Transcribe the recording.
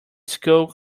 school